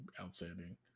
outstanding